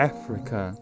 Africa